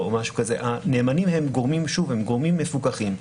הנאמנים הם גורמים מפוקחים.